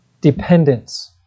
dependence